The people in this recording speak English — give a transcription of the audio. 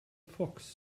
fox